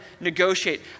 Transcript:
negotiate